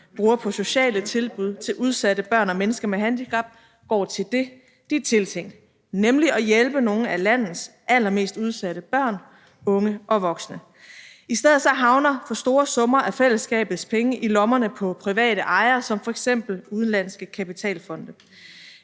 bruger på sociale tilbud til udsatte børn og mennesker med handicap, går til det, de er tiltænkt, nemlig at hjælpe nogle af landets allermest udsatte børn, unge og voksne. I stedet for havner for store summer af fællesskabets penge i lommerne på private ejere som f.eks. udenlandske kapitalfonde.